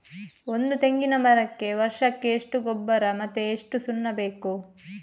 ಒಂದು ತೆಂಗಿನ ಮರಕ್ಕೆ ವರ್ಷಕ್ಕೆ ಎಷ್ಟು ಗೊಬ್ಬರ ಮತ್ತೆ ಎಷ್ಟು ಸುಣ್ಣ ಬೇಕು?